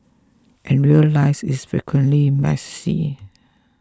and real life is frequently messy